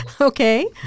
Okay